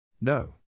No